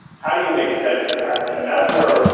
how do you make sense of that? and that's where,